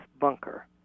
bunker